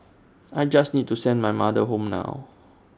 I just need to send my mother home now